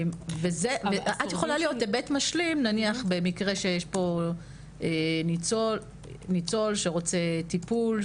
את יכולה להיות היבט משלים נניח במקרה ויש פה ניצול שרוצה טיפול,